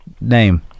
name